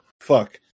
Fuck